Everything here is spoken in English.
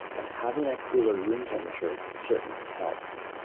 ah having a cooler room temperature certainly helps.